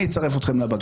אני אצרף אתכם לבג"ץ.